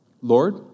Lord